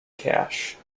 cash